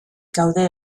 gaude